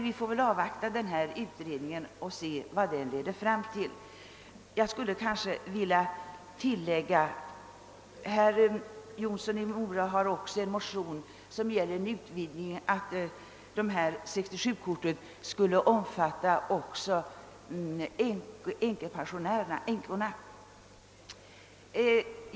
Vi får väl dock avvakta utredningen och se vad den leder fram till. Herr Jonsson i Mora har också en motion som gäller att änkor skulle kunna få 67-kortet.